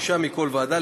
שישה מכל ועדה,